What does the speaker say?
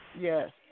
Yes